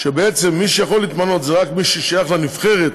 שבעצם מי שיכול להתמנות זה רק מי ששייך לנבחרת,